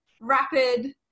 rapid